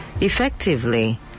effectively